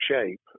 shape